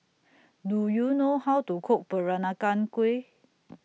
Do YOU know How to Cook Peranakan Kueh